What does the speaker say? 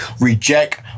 reject